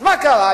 מה קרה?